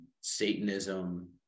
Satanism